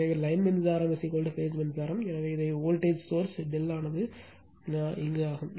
எனவே லைன் மின்சாரம் பேஸ் மின்சாரம் எனவே இதை வோல்டேஜ் சோர்ஸ் ∆ ஆனது ஆகும்